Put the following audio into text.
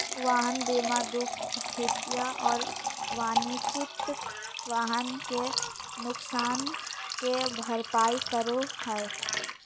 वाहन बीमा दूपहिया और वाणिज्यिक वाहन के नुकसान के भरपाई करै हइ